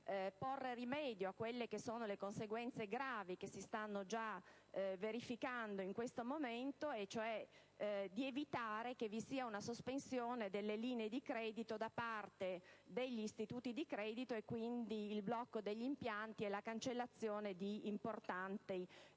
porre rimedio alle conseguenze, gravi, che si stanno già verificando in questo momento, cioè di evitare che vi sia una sospensione delle linee di credito da parte degli istituti di credito e quindi il blocco degli impianti e la cancellazione di importanti commesse.